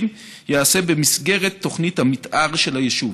ייעשה במסגרת תוכנית המתאר של היישוב.